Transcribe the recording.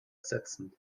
setzen